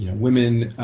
and women